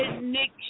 Nick